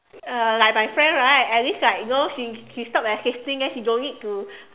uh like my friend right at least like you know she she stop assisting then she don't need to